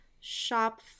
shop